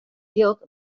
jild